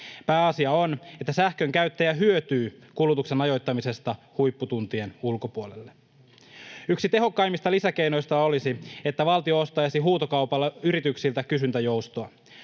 Pääasia on, että sähkönkäyttäjä hyötyy kulutuksen ajoittamisesta huipputuntien ulkopuolelle. Yksi tehokkaimmista lisäkeinoista olisi, että valtio ostaisi huutokaupalla yrityksiltä kysyntäjoustoa.